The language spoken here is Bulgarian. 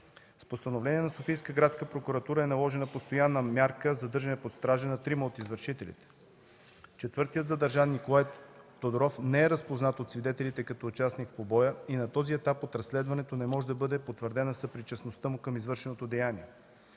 С постановление на Софийска градска прокуратура е наложена постоянна мярка задържане под стража на трима от извършителите. Четвъртият задържан – Николай Тодоров, не е разпознат от свидетелите като участник в побоя и на този етап от разследването не може да бъде потвърдена съпричастността му към извършеното деяние.